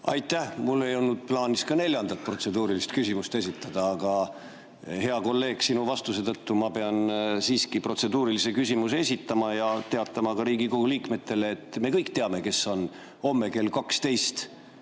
Aitäh! Mul ei olnud plaanis ka neljandat protseduurilist küsimust esitada, aga, hea kolleeg, sinu vastuse tõttu ma pean siiski protseduurilise küsimuse esitama ja teatama ka Riigikogu liikmetele, et me kõik teame, kes on homme kell 12